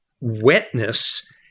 Wetness